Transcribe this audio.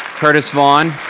curtis vaughan.